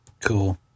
Cool